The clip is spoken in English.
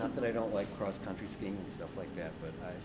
not that i don't like cross country skiing stuff like that but